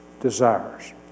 desires